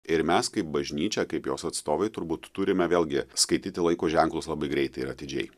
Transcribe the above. ir mes kaip bažnyčia kaip jos atstovai turbūt turime vėlgi skaityti laiko ženklus labai greitai ir atidžiai